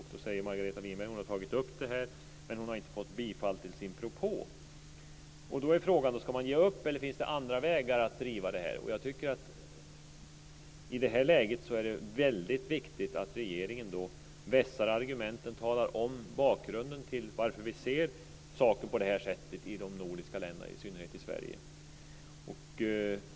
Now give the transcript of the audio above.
Då säger Margareta Winberg att hon har tagit upp det här, men hon har inte fått bifall till sin propå. Då är frågan: Skall man ge upp eller finns det andra vägar att driva det här? Jag tycker att i det här läget är det väldigt viktigt att regeringen vässar argumenten och talar om bakgrunden till varför vi ser saker på det här sättet i de nordiska länderna, i synnerhet i Sverige.